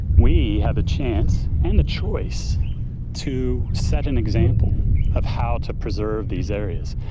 we have a chance and the choice to set an example of how to preserve these areas,